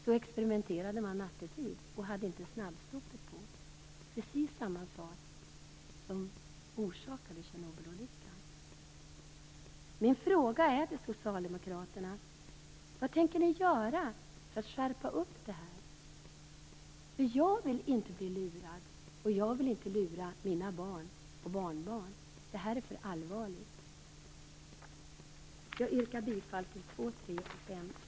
Då experimenterade man nattetid och hade inte snabbstoppet på. Det var precis samma sak som orsakade Tjernobylolyckan. Min fråga till socialdemokraterna är: Vad tänker ni göra för att skärpa bestämmelserna? Jag vill inte bli lurad, och jag vill inte lura mina barn och barnbarn. Det är för allvarligt. Jag yrkar bifall till reservationerna 2, 3 och 5.